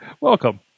Welcome